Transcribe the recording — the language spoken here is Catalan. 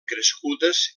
crescudes